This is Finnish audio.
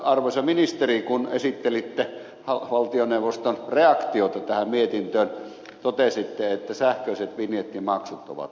arvoisa ministeri kun esittelitte valtioneuvoston reaktiota tähän mietintöön totesitte että sähköiset vinjettimaksut ovat tulossa